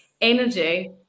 energy